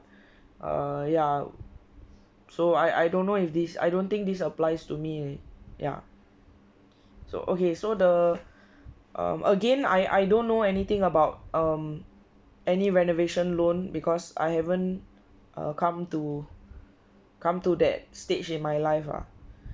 ah ya so I I don't know if this I don't think this applies to me ya so okay so the um again I I don't know anything about um any renovation loan because I haven't come to come to that stage in my life ah